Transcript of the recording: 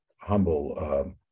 humble